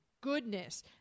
goodness